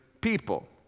people